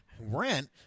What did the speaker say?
Rent